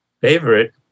favorite